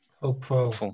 Hopeful